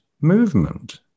movement